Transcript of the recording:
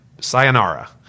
sayonara